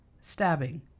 stabbing